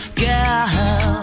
girl